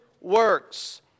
works